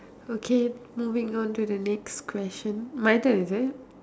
okay moving on to the next question my turn is it